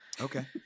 Okay